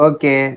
Okay